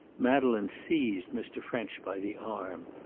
madeleine seized mr. french by the arm.